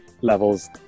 levels